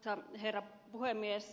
arvoisa herra puhemies